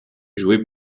joué